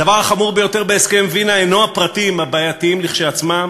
הדבר החמור ביותר בהסכם וינה אינו הפרטים הבעייתיים כשלעצמם,